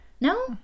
No